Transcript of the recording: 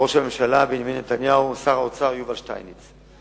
ראש הממשלה בנימין נתניהו ושר האוצר יובל שטייניץ.